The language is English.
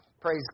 Praise